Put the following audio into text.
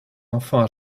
enfants